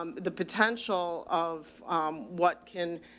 the potential of what can